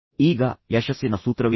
ಈಗ ಯಶಸ್ಸಿನ ಸೂತ್ರವೇನು